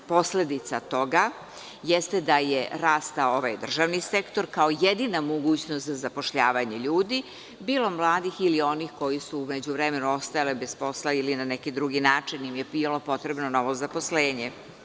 Posledica toga jeste da je rastao ovaj državni sektor kao jedina mogućnost za zapošljavanje ljudi bilo mladih ili onih koji su u međuvremenu ostajali bez posla ili na neki drugi način im je bilo potrebno novo zaposlenje.